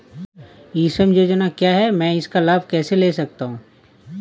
ई श्रम योजना क्या है मैं इसका लाभ कैसे ले सकता हूँ?